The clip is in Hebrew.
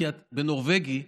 את בנורבגי,